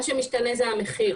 מה שמשתנה זה המחיר.